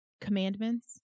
commandments